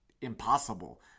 impossible